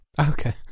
Okay